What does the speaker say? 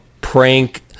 prank